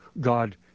God